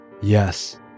Yes